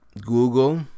Google